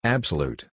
Absolute